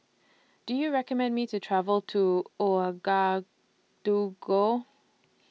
Do YOU recommend Me to travel to Ouagadougou